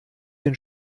den